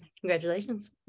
congratulations